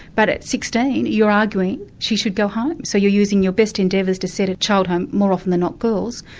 but at sixteen, you're arguing she should go home, so you're using your bests endeavours to sent a child home, more often than not, girls,